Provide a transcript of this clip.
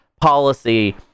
policy